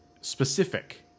specific